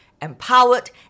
empowered